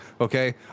okay